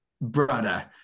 brother